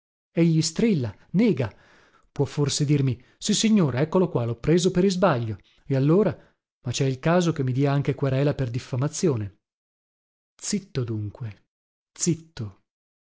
ladro egli strilla nega può forse dirmi sissignore eccolo qua lho preso per isbaglio e allora ma cè il caso che mi dia anche querela per diffamazione zitto dunque zitto